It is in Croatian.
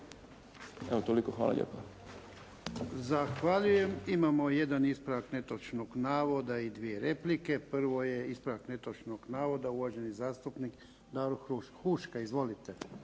**Jarnjak, Ivan (HDZ)** Zahvaljujem. Imamo jedan ispravak netočnog navoda i dvije replike. Prvo je ispravak netočnog navoda, uvažen zastupnik Davor Huška. Izvolite.